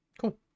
cool